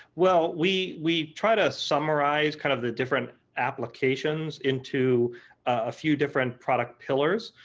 well we we try to summarize kind of the different applications into a few different product pillars.